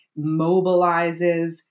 mobilizes